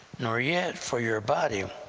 nor yet for your body,